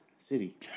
City